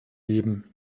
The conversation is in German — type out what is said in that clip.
geben